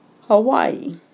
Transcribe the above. Hawaii